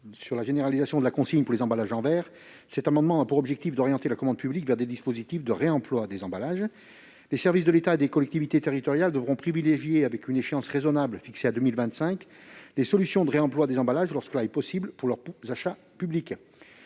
sur la généralisation de la consigne pour les emballages en verre, cet amendement vise à orienter la commande publique vers des dispositifs de réemploi des emballages. Les services de l'État et les collectivités territoriales devront privilégier, avec une échéance raisonnable fixée à 2025, les solutions de réemploi des emballages, lorsque cela est possible, pour leurs achats publics.